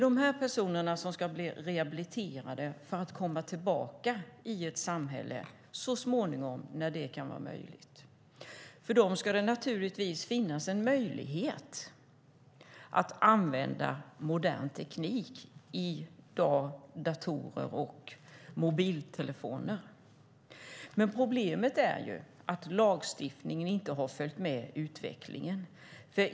Dessa personer ska bli rehabiliterade för att de så småningom ska kunna komma tillbaka i ett samhälle när detta är möjligt. För dem ska det naturligtvis finnas en möjlighet att använda modern teknik som datorer och mobiltelefoner. Problemet är att lagstiftningen inte följt med utvecklingen.